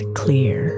clear